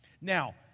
Now